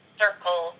circle